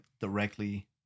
directly